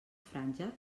franja